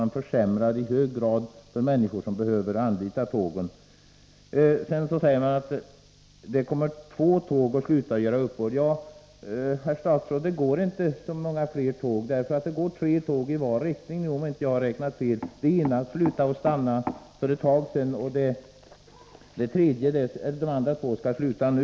Man försämrar i hög grad för människor som behöver anlita tågen. Kommunikationsministern säger att det är två tåg som kommer att sluta att göra uppehåll. Ja, herr statsrådet, det går inte så många fler tåg. Det går tre tågi var riktning, om jag inte har räknat fel. Det ena slutade att göra uppehåll för ett tag sedan, och de andra två skall sluta nu.